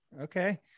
okay